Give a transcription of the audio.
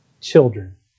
children